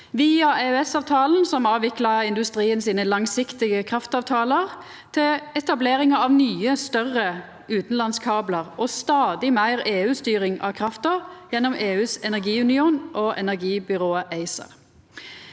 via EØS-avtalen, som avvikla industrien sine langsiktige kraftavtalar, til etableringa av nye, større utanlandska blar og stadig meir EU-styring av krafta gjennom EUs energiunion og energibyrået ACER.